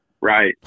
Right